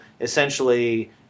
essentially